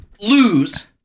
lose